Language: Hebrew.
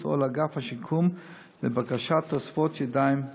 או לאגף השיקום לבקשת תותבות ידיים ביוניות.